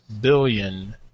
billion